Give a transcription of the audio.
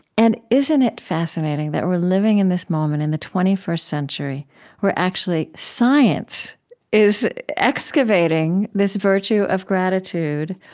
and isn't it fascinating that we're living in this moment in the twenty first century where, actually, science is excavating this virtue of gratitude,